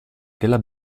della